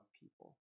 people